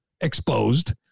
exposed